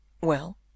Well